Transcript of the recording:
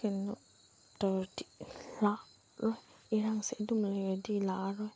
ꯀꯩꯅꯣ ꯇꯧꯔꯗꯤ ꯂꯥꯛꯑꯔꯣꯏ ꯏꯔꯥꯡꯁꯦ ꯑꯗꯨꯝ ꯂꯩꯔꯗꯤ ꯂꯥꯛꯑꯔꯣꯏ